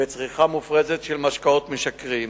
וצריכה מופרזת של משקאות משכרים,